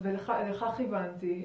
ההצהרות נבדקו והן